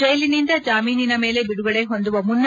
ಜೈಲಿನಿಂದ ಜಾಮೀನಿನ ಮೇಲೆ ಬಿಡುಗಡೆ ಹೊಂದುವ ಮುನ್ನ